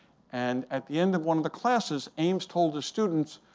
and at the end of one of the classes, ames told his students,